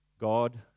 God